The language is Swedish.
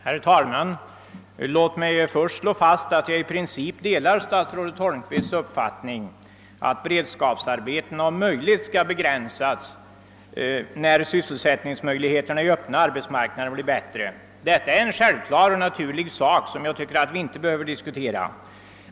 Herr talman! Låt mig först slå fast att jag i princip delar statsrådet Holmqvists uppfattning att beredskapsarbetena om möjligt skall begränsas när sysselsättningsmöjligheterna i den öppna arbetsmarknaden är bättre. Detta är en självklar sak, som jag tycker att vi inte behöver diskutera.